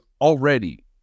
already